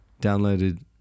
downloaded